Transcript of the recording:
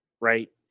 right